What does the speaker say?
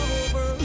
over